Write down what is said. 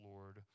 Lord